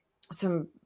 some-